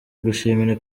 gushimira